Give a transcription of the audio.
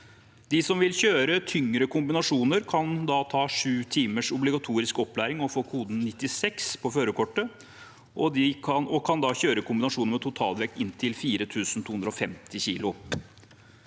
De som vil kjøre tyngre kombinasjoner, kan ta sju timers obligatorisk opplæring og få koden 96 på førerkortet, og de kan da kjøre en kombinasjon med totalvekt inntil 4 250 kg.